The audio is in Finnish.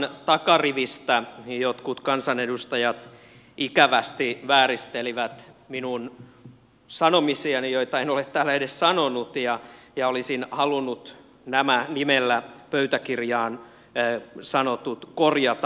keskustan takarivistä jotkut kansanedustajat ikävästi vääristelivät minun sanomisiani joita en ole täällä edes sanonut ja olisin halunnut nämä nimellä pöytäkirjaan sanotut korjata